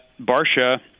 Barsha